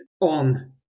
on